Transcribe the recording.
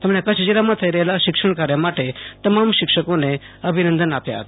તેમણે કચ્છ જિલ્લામાં થઇ રહેલા શિક્ષણ કાર્ય માટે તમામ શિક્ષકોને અભિનંદન આપ્યા હતા